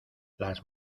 las